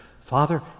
Father